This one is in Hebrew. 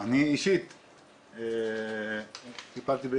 יחד עם